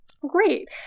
Great